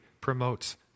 promotes